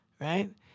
right